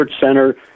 Center